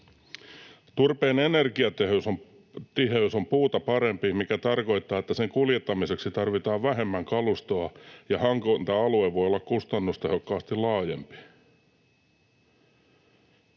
Turpeen energiatiheys on puuta parempi, mikä tarkoittaa, että sen kuljettamiseksi tarvitaan vähemmän kalustoa ja hankinta-alue voi olla kustannustehokkaasti laajempi.”